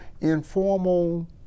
informal